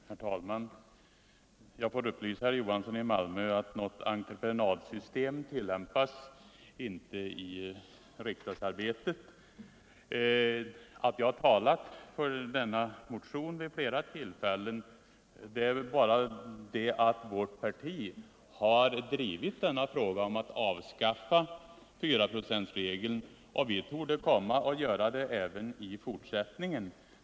Herr talman! Jag får upplysa herr Johansson i Malmö om att något entreprenadsystem inte tillämpas i riksdagsarbetet. Att jag talat för denna motion vid flera tillfällen beror bara på att vårt parti har drivit frågan om att avskaffa 4-procentsregeln, och torde göra det även i fortsättningen.